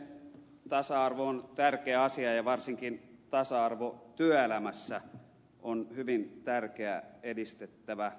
tasa arvo on tärkeä asia ja varsinkin tasa arvo työelämässä on hyvin tärkeä edistettävä asia